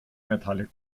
metalle